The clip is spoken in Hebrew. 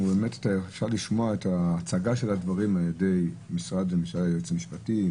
אפר לשמוע את הצגת הדברים על ידי משרד היועץ המשפטי,